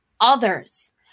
others